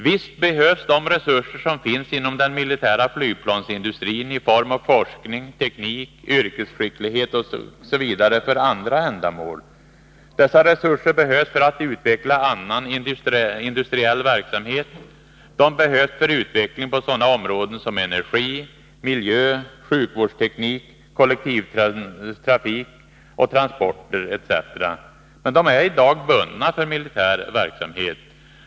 Visst behövs de resurser som finns inom den militära flygplansindustrin i form av forskning, teknik, yrkesskicklighet osv. för andra ändamål. Dessa resurser behövs för att utveckla annan industriell verksamhet, de behövs för utveckling på sådana områden som energi, miljö, sjukvårdsteknik, kollektivtrafik och transporter etc. Men de är i dag bundna för militär verksamhet.